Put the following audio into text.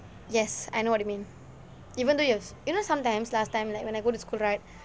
yes I know what you mean even though you have you know sometimes last time like when I go to school right